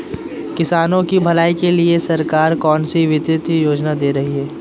किसानों की भलाई के लिए सरकार कौनसी वित्तीय योजना दे रही है?